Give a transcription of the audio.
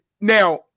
now